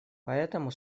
поэтому